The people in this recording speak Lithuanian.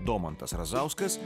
domantas razauskas